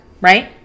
right